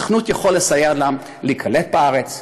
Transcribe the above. הסוכנות יכולה לסייע להם להיקלט בארץ.